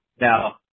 Now